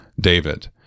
David